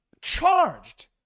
charged